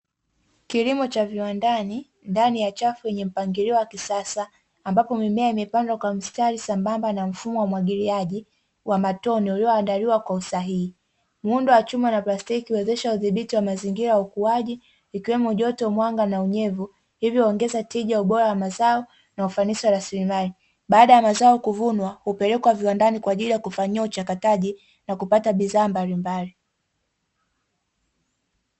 Kilimo cha viwandani ndani ya chafu yenye mpangilio wa kisasa ambapo mimea imepandwa kwa mstari sambamba na mfumo wa umwagiliaji wa matone ulioandaliwa kwa usahihi, muundo wa chuma na plastiki huwezesha udhibuti wa mazingira, ukuaji ikiwemo joto, mwanga na unyevu hivyo huongeza tija, ubora wa mazao na ufanisi wa rasilimali baada ya mazao kuvunwa hupelekwa viwandani kwa ajili ya kufanyiwa uchakataji na kupata bidhaa mbalimbali.